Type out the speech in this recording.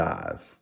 eyes